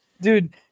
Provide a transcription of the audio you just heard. dude